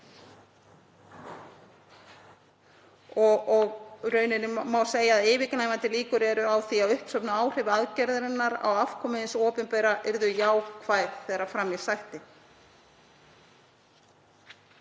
Í rauninni má segja að yfirgnæfandi líkur séu á því að uppsöfnuð áhrif aðgerðarinnar á afkomu hins opinbera yrðu jákvæð þegar fram í sækti.